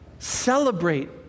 Celebrate